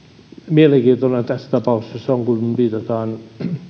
mielenkiintoinen asia tässä tapauksessa on kun viitataan